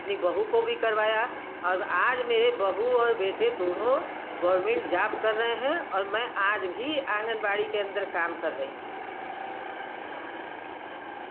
अपनी बहू को करवाया और आज मेरे बहू और बेटे दोनो गोरमेंट जाब कर रहे हैं और मैं आज भी आंगनबाड़ी के अन्दर काम कर रही हूँ